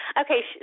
Okay